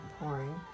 pouring